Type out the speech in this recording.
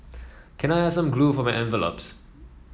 can I have some glue for my envelopes